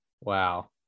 Wow